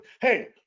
hey